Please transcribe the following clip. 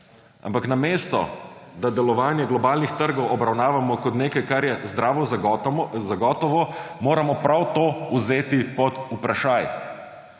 ampak namesto da delovanje globalnih trgov obravnavamo kot nekaj, kar je zdravo za gotovo, moramo prav to vzeti pod vprašaj.